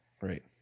Right